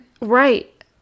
right